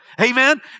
Amen